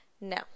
No